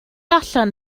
allan